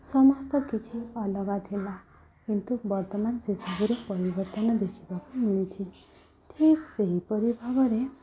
ସମସ୍ତ କିଛି ଅଲଗା ଥିଲା କିନ୍ତୁ ବର୍ତ୍ତମାନ ସେସବୁରେ ପରିବର୍ତ୍ତନ ଦେଖିବାକୁ ମିଳିଛିି ଠିକ୍ ସେହିପରି ଭାବରେ